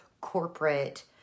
corporate